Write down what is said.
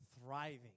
thriving